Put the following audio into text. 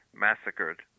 massacred